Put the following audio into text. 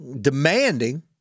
demanding